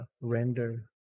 render